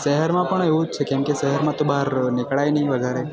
શહેરમાં પણ એવું જ છે કેમકે શહેરમાં તો બહાર નીકળાય નહીં વધારે